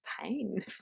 pain